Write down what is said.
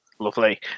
Lovely